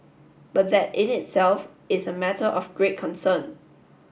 but that in itself is a matter of great concern